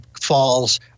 falls